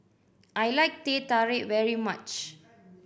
I like Teh Tarik very much